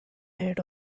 aid